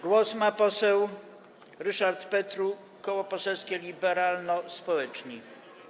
Głos ma poseł Ryszard Petru, Koło Poselskie Liberalno-Społeczni.